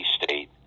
State